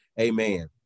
Amen